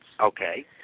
Okay